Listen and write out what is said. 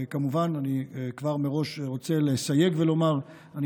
וכמובן אני כבר מראש רוצה לסייג ולומר: אני